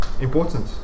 important